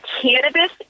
cannabis